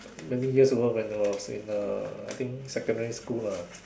many years ago when I was in uh I think secondary school lah